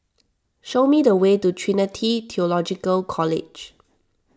show me the way to Trinity theological College